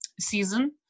season